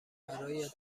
برات